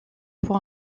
pour